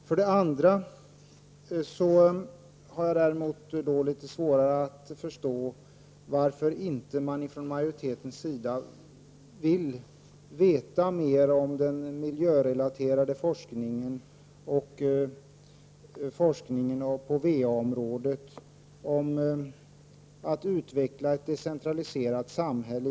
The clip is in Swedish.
För det andra har jag litet svårare att förstå varför majoriteten inte vill veta mer om den miljörelaterade forskningen, om forskningen på VA-området och om att utveckla ett decentraliserat samhälle.